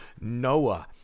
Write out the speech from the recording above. Noah